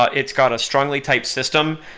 ah it's got a strongly type system,